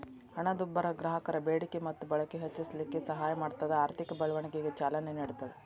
ಹಣದುಬ್ಬರ ಗ್ರಾಹಕರ ಬೇಡಿಕೆ ಮತ್ತ ಬಳಕೆ ಹೆಚ್ಚಿಸಲಿಕ್ಕೆ ಸಹಾಯ ಮಾಡ್ತದ ಆರ್ಥಿಕ ಬೆಳವಣಿಗೆಗ ಚಾಲನೆ ನೇಡ್ತದ